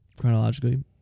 chronologically